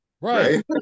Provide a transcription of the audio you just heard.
Right